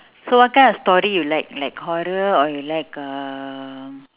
so what kind of story you like like horror or you like um